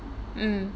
mm